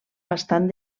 bastant